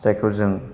जायखौ जों